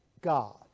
God